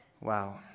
Wow